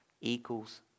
equals